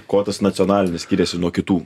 kuo tas nacionalinis skiriasi nuo kitų